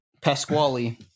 Pasquale